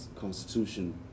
constitution